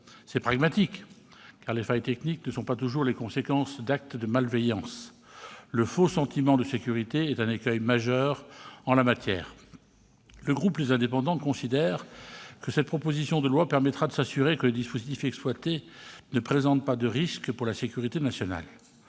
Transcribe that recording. C'est pragmatique, car les failles techniques ne sont pas toujours les conséquences d'actes de malveillance. Le faux sentiment de sécurité est un écueil majeur en la matière. Le groupe Les Indépendants considère que cette proposition de loi permettra de s'assurer que les dispositifs exploités ne présentent pas de risque pour la sécurité nationale.